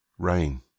rain